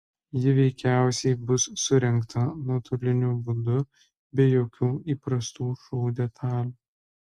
ji veikiausiai bus surengta nuotoliniu būdu be jokių įprastų šou detalių